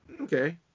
Okay